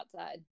outside